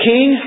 King